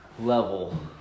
level